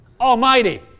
Almighty